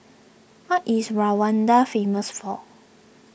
what is Rwanda famous for